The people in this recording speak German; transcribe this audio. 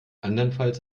andernfalls